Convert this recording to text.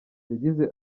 yagize